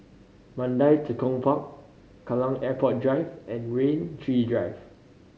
Mandai Tekong Park Kallang Airport Drive and Rain Tree Drive